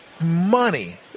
money